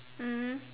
mmhmm